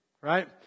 right